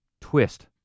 twist